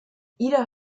ida